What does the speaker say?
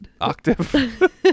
octave